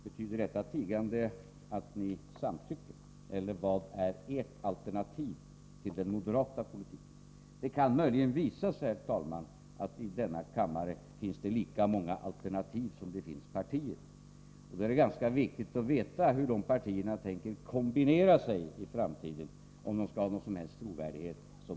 Betyder detta tigande att ni samtycker, eller vad är ert alternativ till den moderata politiken? Det kan möjligen visa sig, herr talman, att i denna kammare finns det lika många alternativ som det finns partier. Då är det ganska viktigt att veta hur Nr 130 de partierna tänker kombinera sig i framtiden, om de skall ha någon som